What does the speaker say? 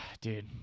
dude